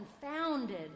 confounded